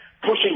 pushing